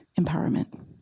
empowerment